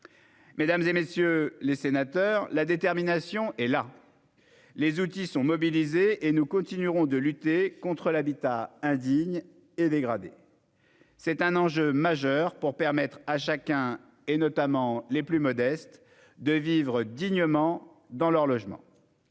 Mesdames, messieurs les sénateurs, la détermination est là, les outils sont mobilisés, et nous continuerons de lutter contre l'habitat indigne et dégradé. C'est un enjeu majeur, pour permettre à chacun, notamment aux plus modestes, de vivre dignement dans leur logement.